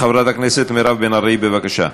חברת הכנסת מירב בן ארי, בבקשה.